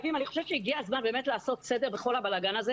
הגיע הזמן לעשות סדר בכל הבלגן הזה